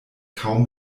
kaum